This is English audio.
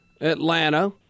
Atlanta